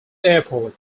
airport